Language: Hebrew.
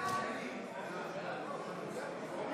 הממשלה (תיקון,